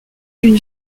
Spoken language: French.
une